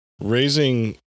raising